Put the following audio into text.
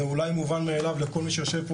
זה אולי מובן מאליו לכל מי שיושב פה